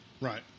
Right